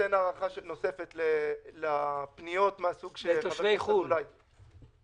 ניתן הארכה נוספת לפניות מן הסוג שחבר הכנסת אזולאי ציין.